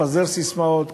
לפזר ססמאות,